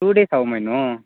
two days ஆகுமா இன்றும்